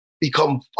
become